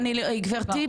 גברתי,